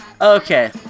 okay